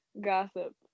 gossip